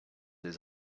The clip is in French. des